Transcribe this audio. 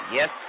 Yes